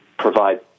provide